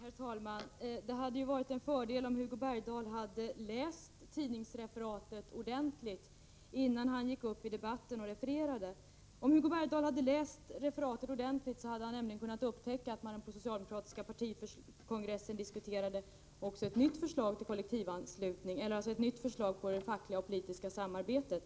Herr talman! Det hade varit en fördel om Hugo Bergdahl hade läst tidningsreferatet ordentligt innan han gick upp i debatten och relaterade det. Om Hugo Bergdahl hade läst referatet ordentligt hade han nämligen kunnat upptäcka att man på den socialdemokratiska partikongressen även diskuterade ett nytt förslag rörande det fackliga och politiska samarbetet.